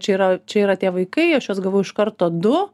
čia yra čia yra tie vaikai aš juos gavau iš karto du